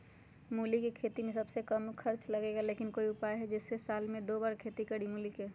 मूली के खेती में सबसे कम खर्च लगेला लेकिन कोई उपाय है कि जेसे साल में दो बार खेती करी मूली के?